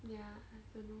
yeah I don't know